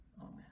Amen